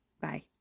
Bye